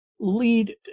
lead